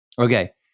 Okay